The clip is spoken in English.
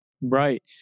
Right